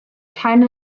keine